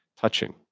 touching